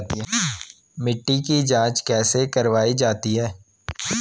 मिट्टी की जाँच कैसे करवायी जाती है?